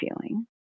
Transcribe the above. feeling